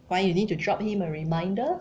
why you need to drop him a reminder